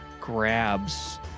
grabs